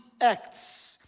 acts